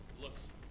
looks